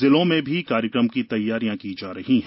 जिलों में भी कार्यक्रम की तैयारियां की जा रही है